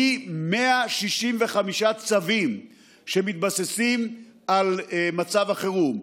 מ-165 צווים שמתבססים על מצב החירום,